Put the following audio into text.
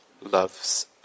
loves